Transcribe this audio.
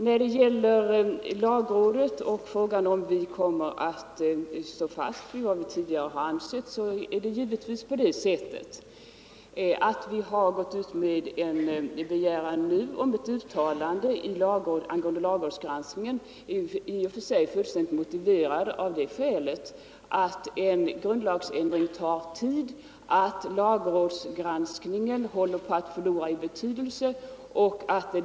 När det gäller lagrådet kommer vi moderater givetvis att stå fast vid vad vi tidigare har ansett. Att vi nu har begärt ett uttalande angående lagrådsgranskningen är i och för sig fullständigt motiverat av att en grundlagsändring tar tid och att lagrådsgranskningen håller på att förlora i betydelse.